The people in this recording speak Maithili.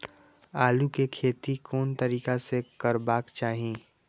आलु के खेती कोन तरीका से करबाक चाही?